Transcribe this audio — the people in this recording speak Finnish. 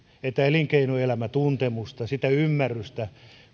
löydy elinkeinoelämätuntemusta sitä ymmärrystä